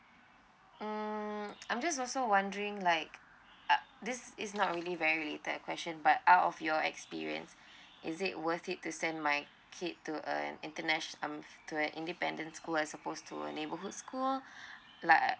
mm I'm just also wondering like uh this is not really very related uh question but out of your experience is it worth it to send my kids to uh an internation~ um to an independent school or I supposed to uh neighbourhood school like I